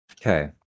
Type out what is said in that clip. Okay